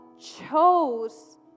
chose